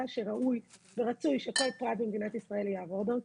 שראוי ורצוי שכל פרט במדינת ישראל יעבור דרכו.